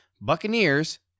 Buccaneers